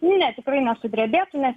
ne tikrai nesudrebėtų nes